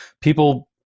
people –